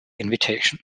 invitation